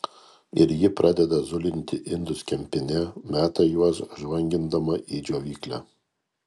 ir ji pradeda zulinti indus kempine meta juos žvangindama į džiovyklę